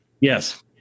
yes